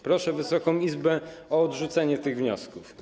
Proszę Wysoką Izbę o odrzucenie tych wniosków.